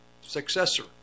successor